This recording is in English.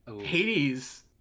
Hades